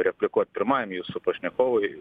replikuot pirmajam jūsų pašnekovui